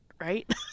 right